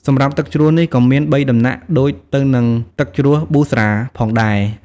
សម្រាប់ទឹកជ្រោះនេះក៏មានបីដំណាក់ដូចទៅនិងទឹកជ្រោះប៊ូស្រាផងដែរ។